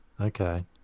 Okay